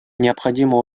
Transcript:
необходимо